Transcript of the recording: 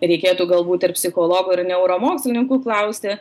reikėtų galbūt ir psichologų ir neuromokslininkų klausti